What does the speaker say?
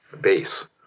base